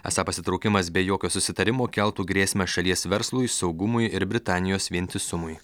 esą pasitraukimas be jokio susitarimo keltų grėsmę šalies verslui saugumui ir britanijos vientisumui